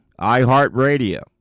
iHeartRadio